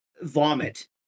vomit